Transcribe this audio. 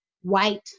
white